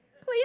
please